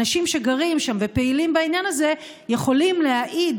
אנשים שגרים שם ופעילים בעניין הזה יכולים להעיד